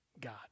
God